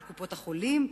על קופות-החולים,